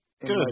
Good